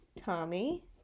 Tommy